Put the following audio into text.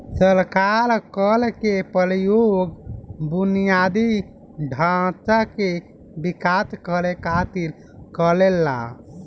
सरकार कर के प्रयोग बुनियादी ढांचा के विकास करे खातिर करेला